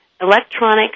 electronic